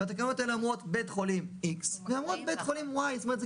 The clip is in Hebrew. והתקנות האלה אומרות בית חולים X ובית חולים Y. זאת אומרת,